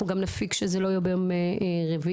<< יור >> פנינה תמנו (יו"ר הוועדה לקידום